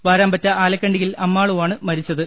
വാരാമ്പറ്റ ആലക്കണ്ടിയിൽ അമ്മാളുവാണ് മരിച്ചത്